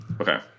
okay